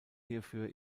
hierfür